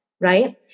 right